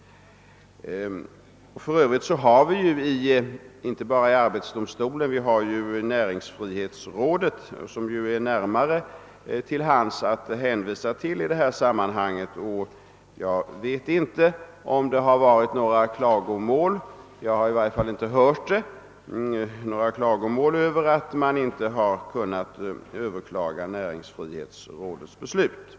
För övrigt kan vi hänvisa inte bara till arbetsdomstolen — det ligger ännu närmare till hands att hänvisa till näringsfrihetsrådet. Jag vet inte om det förekommit några klagomål — jag har i varje fall inte hört det — över att det inte varit möjligt att överklaga näringsfrihetsrådets beslut.